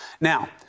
Now